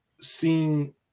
seeing